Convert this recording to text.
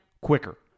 quicker